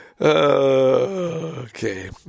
Okay